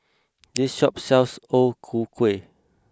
this shop sells O Ku Kueh